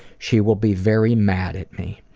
she will be very mad at me.